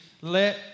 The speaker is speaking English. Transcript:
let